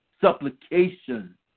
supplication